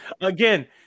Again